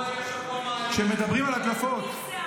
כשמדברים על הדלפות,